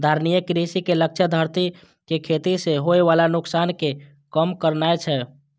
धारणीय कृषि के लक्ष्य धरती कें खेती सं होय बला नुकसान कें कम करनाय छै